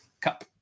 Cup